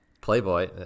Playboy